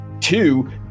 Two